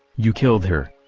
you killed her.